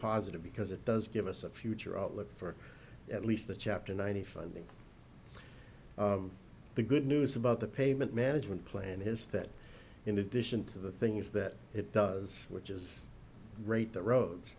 positive because it does give us a future outlook for at least the chapter ninety funding the good news about the payment management plan his that in addition to the things that it does which is great the roads